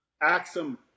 Axum